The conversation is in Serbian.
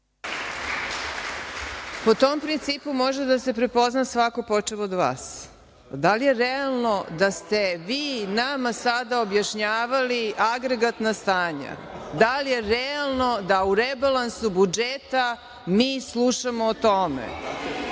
Po tom principu može da se prepozna svako počev od vas. Da li je realno da ste vi nama sada objašnjavali agregatna stanja? Da li je realno da u rebalansu budžeta mi slušamo o